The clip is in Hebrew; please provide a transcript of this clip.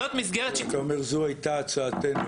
אתה אומר שזאת היתה הצעתכם.